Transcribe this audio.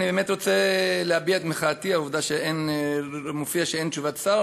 אני באמת רוצה להביע את מחאתי על העובדה שמופיע שאין תשובת שר.